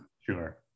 Sure